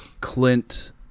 Clint